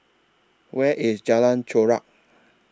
Where IS Jalan Chorak